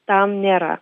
tam nėra